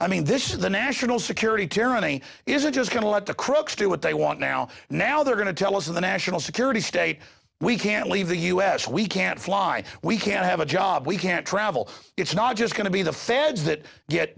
i mean this is the national security tyranny isn't just going to let the crooks do what they want now now they're going to tell us in the national security state we can't leave the u s we can't fly we can't have a job we can't travel it's not just going to be the f